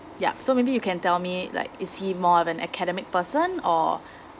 yup so maybe you can tell me like is he more than academic person or